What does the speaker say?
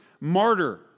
martyr